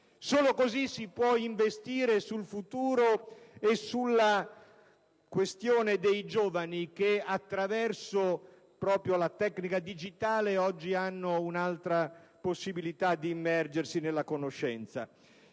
solo così si può investire sul futuro e sui giovani che, proprio attraverso la tecnica digitale, oggi hanno un'altra possibilità di immergersi nella conoscenza.